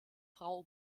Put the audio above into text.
frau